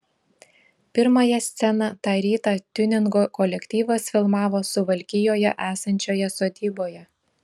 pirmąją sceną tą rytą tiuningo kolektyvas filmavo suvalkijoje esančioje sodyboje